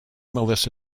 melissa